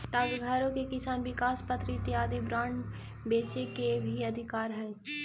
डाकघरो के किसान विकास पत्र इत्यादि बांड बेचे के भी अधिकार हइ